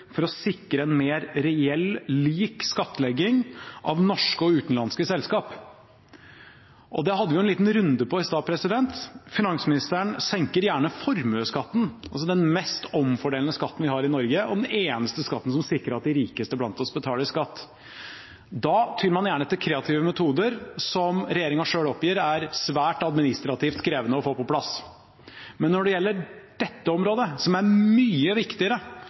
for å sikre en mer reell, lik skattlegging av norske og utenlandske selskap. Det hadde vi jo en liten runde på i stad. Finansministeren senker gjerne formuesskatten, den mest omfordelende skatten vi har i Norge, og den eneste skatten som sikrer at de rikeste blant oss betaler skatt. Da tyr man gjerne til kreative metoder som regjeringen selv oppgir er svært administrativt krevende å få på plass. Men når det gjelder dette området, som er mye viktigere